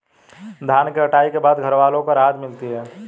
धान की कटाई के बाद घरवालों को राहत मिलती है